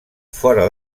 fora